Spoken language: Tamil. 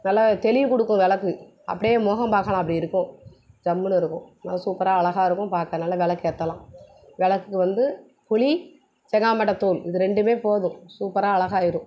நல்லா தெளிவு கொடுக்கும் விளக்கு அப்டே முகம் பார்க்கலாம் அப்படி இருக்கும் ஜம்முன்னு இருக்கும் நல்லா சூப்பராக அழகா இருக்கும் பார்க்க நல்ல விளக்கு ஏற்றலாம் விளக்கு வந்து புளி செங்காமட்டை தூள் இது ரெண்டுமே போதும் சூப்பராக அழகா ஆயிரும்